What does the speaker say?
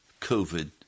COVID